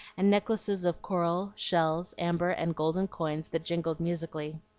and necklaces of coral, shells, amber, and golden coins, that jingled musically.